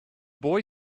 boy